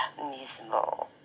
mismo